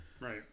right